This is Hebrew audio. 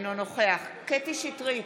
אינו נוכח קטי קטרין שטרית,